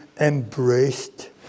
embraced